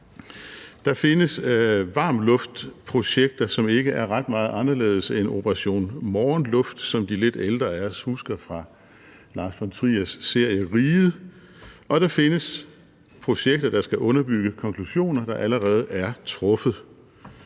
Der findes varm luft-projekter, som ikke er ret meget anderledes end Operation Morgenluft, som de lidt ældre af os husker fra Lars von Triers serie »Riget«, og der findes projekter, som skal underbygge konklusioner, der allerede er draget.